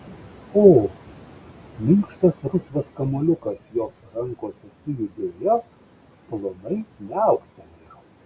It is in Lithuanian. o minkštas rusvas kamuoliukas jos rankose sujudėjo plonai miauktelėjo